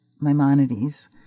Maimonides